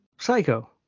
Psycho